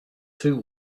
too